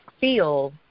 feel